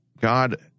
God